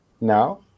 now